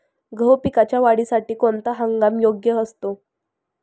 गहू पिकाच्या वाढीसाठी कोणता हंगाम योग्य असतो?